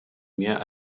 mehr